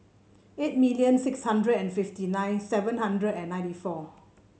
eight million six hundred and fifty nine seven hundred and ninety four